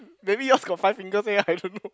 maybe yours got five fingers eh I don't know